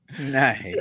nice